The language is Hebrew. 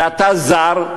ואתה זר,